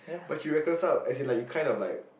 but she reconciled as in like you kind of like